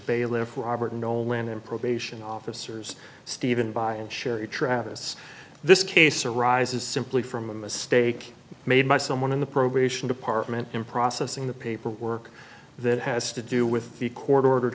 bailiff robert nolan and probation officers stephen by and sherry travis this case arises simply from a mistake made by someone in the probation department in processing the paperwork that has to do with the court order